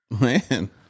Man